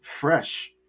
fresh